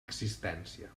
existència